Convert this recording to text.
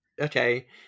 okay